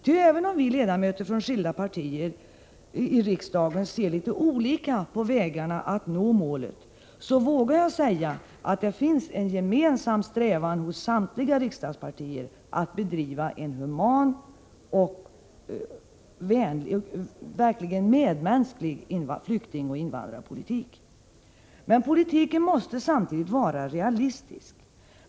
Ty även om vi ledamöter från skilda partier i riksdagen ser litet olika på vägarna att nå målet, så vågar jag säga att det finns en gemensam strävan hos samtliga riksdagspartier att bedriva en human och verkligt medmänsklig flyktingoch invandrarpolitik. Men politiken måste samtidigt vara realistisk.